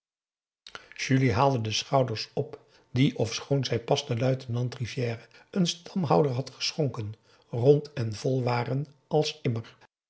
julie haalde de schouders op die ofschoon zij pas den luitenant rivière een stamhouder had geschonken rond en vol waren als